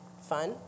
fun